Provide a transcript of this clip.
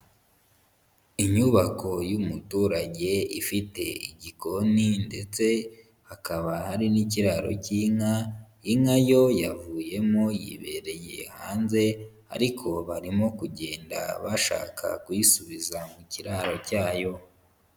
Inyubako y'umuturage ifite igikoni ndetse hakaba hari n'ikiraro cy'inka, inka yo yavuyemo yibereye hanze, ariko barimo kugenda bashaka kuyisubiza mu kiraro cyayo.